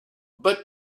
but